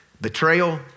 betrayal